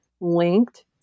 linked